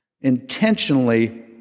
Intentionally